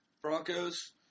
Broncos